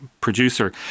producer